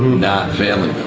not family